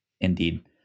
indeed